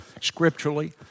scripturally